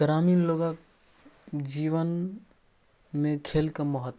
ग्रामीण लोकके जीवनमे खेलके महत्व